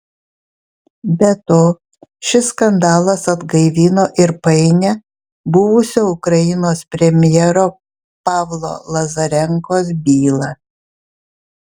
be to šis skandalas atgaivino ir painią buvusio ukrainos premjero pavlo lazarenkos bylą